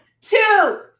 two